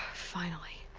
finally!